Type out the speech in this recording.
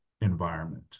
environment